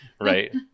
Right